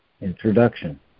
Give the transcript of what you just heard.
Introduction